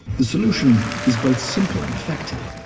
the solution is both simple and effective,